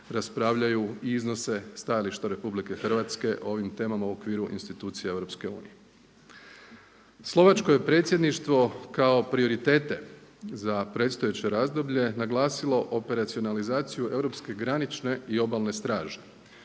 raspravljaju i iznose stajališta RH o ovim temama u okviru institucija EU. Slovačko je predsjedništvo kao prioritete za predstojeće razdoblje naglasilo operacionalizaciju europske granične i obalne straže,